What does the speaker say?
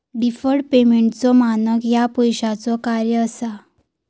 deferred पेमेंटचो मानक ह्या पैशाचो कार्य असा